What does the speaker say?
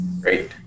Great